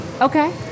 Okay